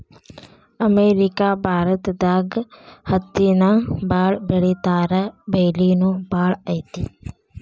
America ಭಾರತದಾಗ ಹತ್ತಿನ ಬಾಳ ಬೆಳಿತಾರಾ ಬೆಲಿನು ಬಾಳ ಐತಿ